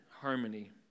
harmony